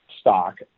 stock